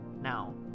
Now